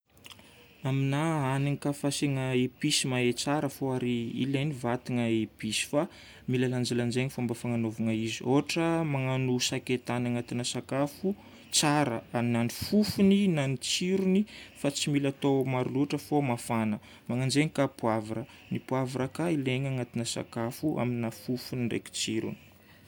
Aminahy hanigny ka fa asiagna episy mihatsara fô ary ilaign'ny vatagna episy fa mila lanjalanjaina fomba fagnanovana izy. Ôhatra magnano sakaitany agnatina sakafo tsara na ny fofony na ny tsirony, fa tsy mila atao maro loatra fô mafana. Magnano zay ka ny poivre. Ny poivre ka ilaigna agnatina sakafo amina fofona ndraiky tsiro.